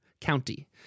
County